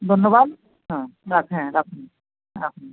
ধন্যবাদ হ্যাঁ রাখ হ্যাঁ রাখুন রাখুন